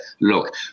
look